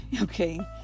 okay